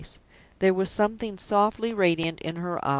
there was something softly radiant in her eyes,